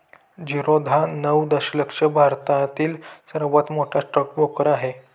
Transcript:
झिरोधा नऊ दशलक्ष भारतातील सर्वात मोठा स्टॉक ब्रोकर आहे